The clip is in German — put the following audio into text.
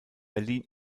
berlin